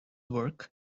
work